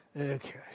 okay